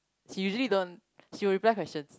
she usually don't she'll reply questions